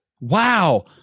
Wow